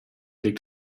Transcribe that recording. legt